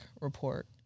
report